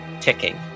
ticking